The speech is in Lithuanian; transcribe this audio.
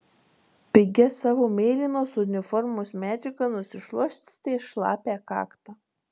pigia savo mėlynos uniformos medžiaga nusišluostė šlapią kaktą